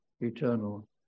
eternal